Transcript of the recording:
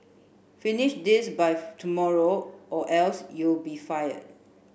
finish this by tomorrow or else you'll be fired